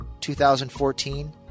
2014